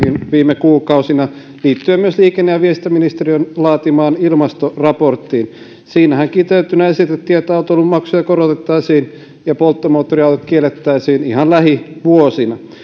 viime kuukausina liittyen ilmastonmuutokseen liittyen myös liikenne ja viestintäministeriön laatimaan ilmastoraporttiin siinähän kiteytettynä esitettiin että autoilun maksuja korotettaisiin ja polttomoottoriautot kiellettäisiin ihan lähivuosina